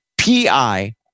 Pi